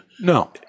No